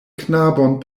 knabon